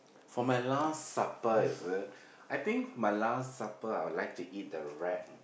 for my last supper is it I think my last supper I would like to eat the wrap